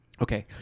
Okay